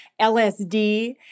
LSD